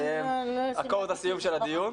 זה אקורד הסיום של הדיון.